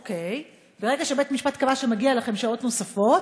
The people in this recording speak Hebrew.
אוקיי, ברגע שבית-משפט קבע שמגיע לכם שעות נוספות,